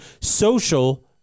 social